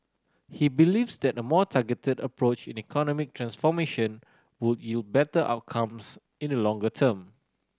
he believes that a more targeted approach in economic transformation would yield better outcomes in the longer term